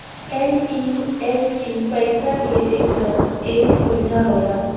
NEFT पइसा भेजे क एक सुविधा होला